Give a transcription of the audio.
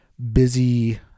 Busy